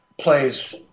plays